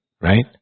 right